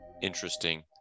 interesting